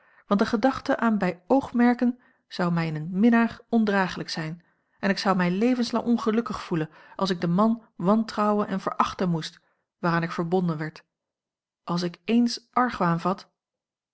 want de gedachte aan bij oogmerken zou mij in een minnaar ondragelijk zijn en ik zou mij levenslang ongelukkig gevoelen als ik den man wantrouwen en verachten moest waaraan ik verbonden werd als ik eens argwaan vat